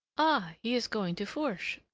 ah! he is going to fourche?